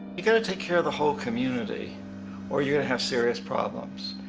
you gotta take care of the whole community or you're gonna have serious problems.